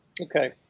Okay